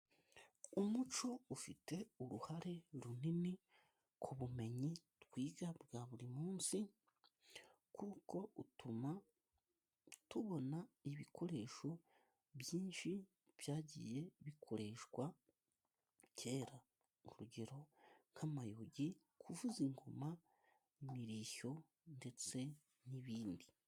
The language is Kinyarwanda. Umuco ufite uruhare runini ku bumenyi twiga bwa buri munsi, kuko utuma tubona ibikoresho byinshi byagiye bikoreshwa kera. Urugero nk'amayugi, kuvuza ingoma, imirishyo ndetse n'ibindi.